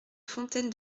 fontaine